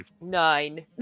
Nine